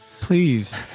Please